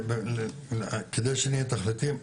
כדי שנהיה יותר החלטיים,